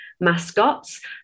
mascots